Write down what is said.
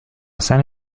scène